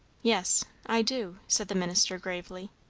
yes, i do, said the minister gravely.